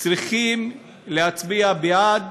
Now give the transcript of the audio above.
צריכים להצביע בעד